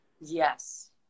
Yes